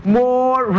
more